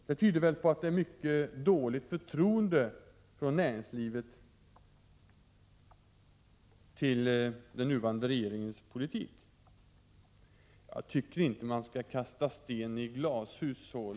Det tyder väl på att det är mycket dåligt förtroende från näringslivet för den nuvarande regeringens politik? Jag tycker inte man skall kasta sten i glashus.